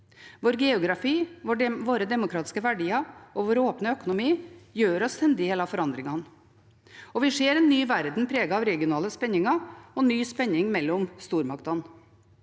Vår geografi, våre demokratiske verdier og vår åpne økonomi gjør oss til en del av forandringene. Og vi ser en ny verden preget av regionale spenninger og ny spenning mellom stormaktene.